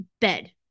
bed